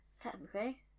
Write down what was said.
Technically